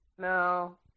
No